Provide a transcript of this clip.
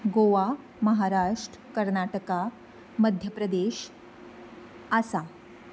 Goa Maharashtra Karnataka Madhya Pradesh Assam